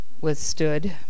withstood